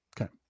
Okay